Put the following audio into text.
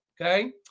okay